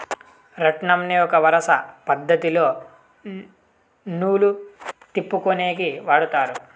రాట్నంని ఒక వరుస పద్ధతిలో నూలు తిప్పుకొనేకి వాడతారు